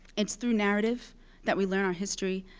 it's through narrative that we learn our history,